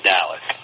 Dallas